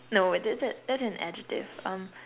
no wait that that that's an adjective um